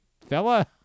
fella